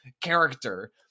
character